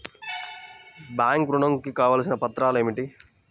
Bank ఋణం కు కావలసిన పత్రాలు ఏమిటి?